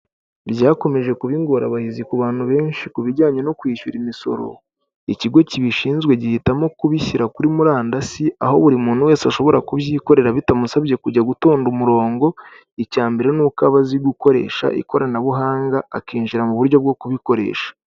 Byakomeje kuba ingorabahizi ku bantu benshi ku bijyanye no kwishyura imisoro, ikigo kibishinzwe gihitamo kubishyira kuri murandasi aho buri muntu wese ashobora kubyikorera bitamusabye kujya gutonda umurongo, icya mbere ni uko aba azi gukoresha ikoranabuhanga akinjira mu buryo bwo kubikoresha.